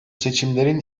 seçimlerin